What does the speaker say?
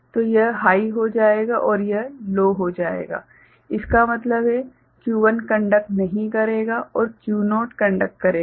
तो यह हाइ हो जाएगा और यह लो हो जाएगा इसका मतलब है कि Q1 कंडक्ट नहीं करेगा और Q0 कंडक्ट करेगा